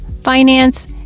finance